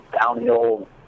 Downhill